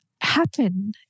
happen